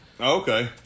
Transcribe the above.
okay